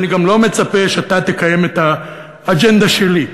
אני גם לא מצפה שאתה תקיים את האג'נדה שלי.